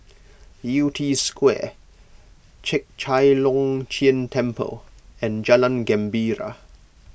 Yew Tee Square Chek Chai Long Chuen Temple and Jalan Gembira